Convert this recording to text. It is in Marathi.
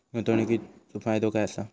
गुंतवणीचो फायदो काय असा?